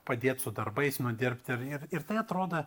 padėt su darbais nudirbti ir ir tai atrodo